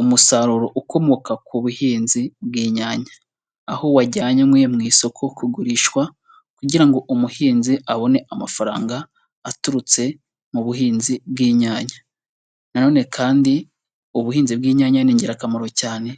Umusaruro ukomoka ku buhinzi bw'inyanya, aho wajyanywe mu isoko kugurishwa kugira ngo umuhinzi abone amafaranga aturutse mu buhinzi bw'inyanya, nano kandi ubuhinzi bwinyanya ni ingirakamaro cyane